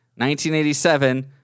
1987